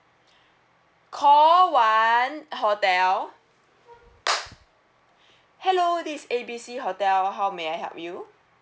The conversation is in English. call one hotel hello this is A B C hotel how may I help you